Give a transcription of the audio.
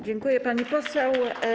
Dziękuję, pani poseł.